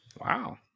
wow